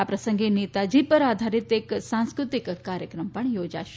આ પ્રસંગે નેતાજી પર આધારીત એક સાંસ્કૃતિક કાર્યક્રમ પણ યોજાશે